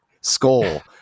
Skull